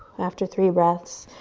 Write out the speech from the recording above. after three breaths,